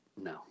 No